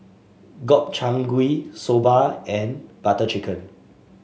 Gobchang Gui Soba and Butter Chicken